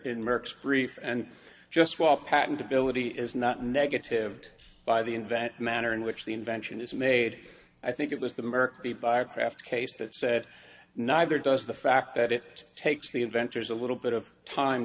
brief and just well patentability is not negative by the invent the manner in which the invention is made i think it was the merit of the buyer craft case that said neither does the fact that it takes the inventors a little bit of time